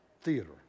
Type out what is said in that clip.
theater